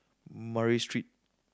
Murray Street